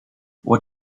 what